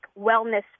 wellness